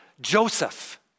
Joseph